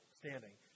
standing